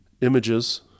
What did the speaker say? images